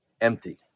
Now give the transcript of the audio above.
empty